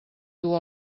dur